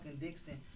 Dixon